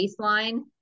baseline